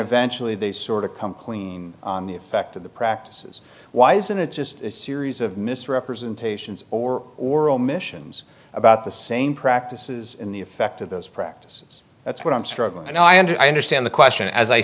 eventually they sort of come clean on the effect of the practices why isn't it just a series of misrepresentations or or omissions about the same practices in the effect of those practices that's what i'm struggling and i and i understand the question as i